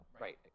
Right